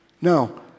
No